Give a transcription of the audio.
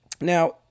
Now